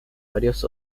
varios